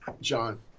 John